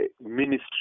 ministry